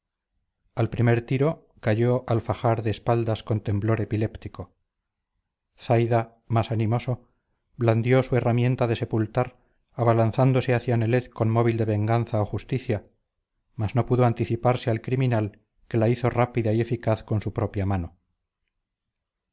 al primer tiro cayó alfajar de espaldas con temblor epiléptico zaida más animoso blandió su herramienta de sepultar abalanzándose hacia nelet con móvil de venganza o justicia mas no pudo anticiparse al criminal que la hizo rápida y eficaz con su propia mano